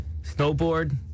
snowboard